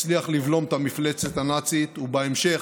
הצליח לבלום את המפלצת הנאצית, ובהמשך,